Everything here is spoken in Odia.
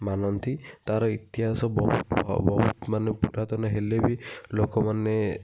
ମାନନ୍ତି ତା'ର ଇତିହାସ ବହୁତ ବହୁତ ମାନେ ପୁରାତନ ହେଲେ ବି ଲୋକମାନେ